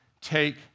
take